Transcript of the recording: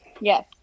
Yes